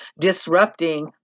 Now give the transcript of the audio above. disrupting